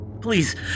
Please